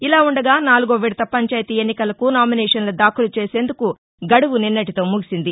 ఇలా ఉండగా నాలుగో విడత పంచాయతీ ఎన్నికలకు నామినేషన్లు దాఖలు చేసేందుకు గడువు నిన్నటితో ముగిసింది